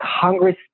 Congress